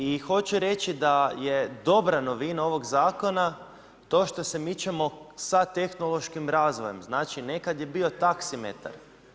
I hoću reći da je dobra novina ovog zakona to što se mičemo sa tehnološkim razvojem, znači nekad je bio taksimetar.